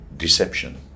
deception